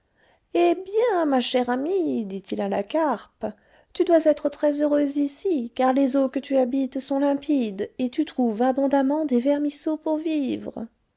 eh bien ma chère amie dit-il à la carpe tu dois être très-heureuse ici car les eaux que tu habites sont limpides et tu trouves abondamment des vermisseaux pour vivre